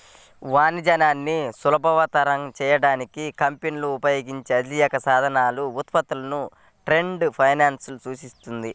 వాణిజ్యాన్ని సులభతరం చేయడానికి కంపెనీలు ఉపయోగించే ఆర్థిక సాధనాలు, ఉత్పత్తులను ట్రేడ్ ఫైనాన్స్ సూచిస్తుంది